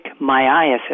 myiasis